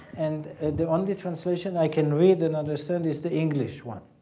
and the only translation i can read and understand is the english one.